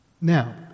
Now